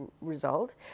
result